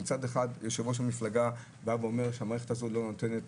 שמצד אחד יושב-ראש המפלגה אומר שהמערכת הזו לא נותנת